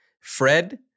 Fred